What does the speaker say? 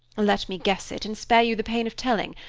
let me guess it, and spare you the pain of telling.